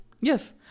Yes